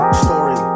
story